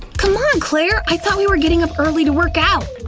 c'mon, claire! i thought we were getting up early to work out!